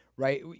Right